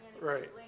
Right